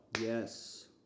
yes